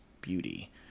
beauty